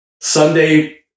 Sunday